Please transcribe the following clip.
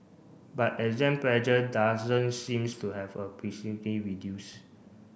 but exam pressure doesn't seems to have a reduced